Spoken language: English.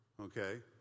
okay